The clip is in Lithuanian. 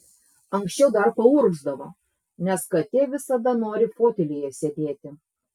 anksčiau dar paurgzdavo nes katė visada nori fotelyje sėdėti